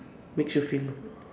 makes you feel